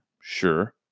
sure